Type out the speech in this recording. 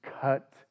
cut